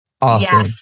awesome